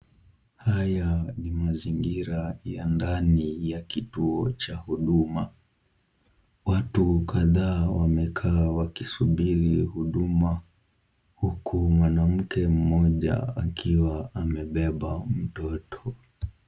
Haya ni mazingira ya ndani ya kituo cha Huduma, watu kadhaa wamekaa wakisubiri huduma, huku mwanamke mmoja akiwa amebeba mtoto.